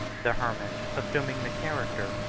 the hermit, assuming the character,